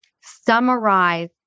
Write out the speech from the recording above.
summarize